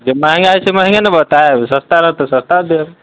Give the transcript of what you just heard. जे महँगा छै महँगे ने बतायब आओर सस्ता रहत तऽ सस्तामे देब